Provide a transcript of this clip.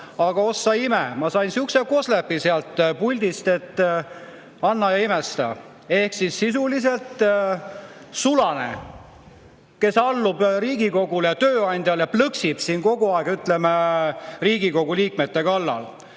Aga oh sa ime, ma sain sihukese koslepi sealt puldist, et anna ja imesta. Ehk siis sisuliselt sulane, kes allub Riigikogule kui tööandjale, plõksib siin kogu aeg Riigikogu liikmete kallal. Võtsin